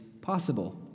possible